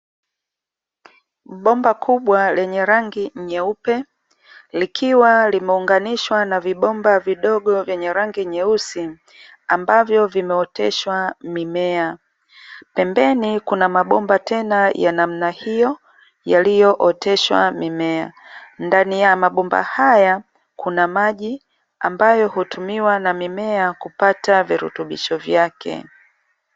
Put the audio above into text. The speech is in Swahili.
Bomba kubwa lenye rangi nyeupe likiwa limeunganishwa na vibomba vidogo vyenye rangi nyeusi ambavyo vimeoteshwa mimea, pembeni kuna mabomba tena ya namna hiyo yaliyooteshwa mimea, ndani ya mabomba haya kuna maji ambayo hutumiwa na mimea kupata virutubisho vyake.